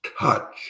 touch